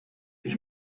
ich